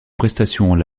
prestation